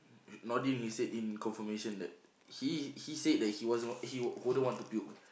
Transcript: nodding his head in confirmation that he he said that he wasn't he won't wouldn't want to puke